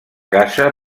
casa